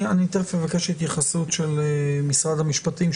אני תכף אבקש התייחסות של משרד המשפטים,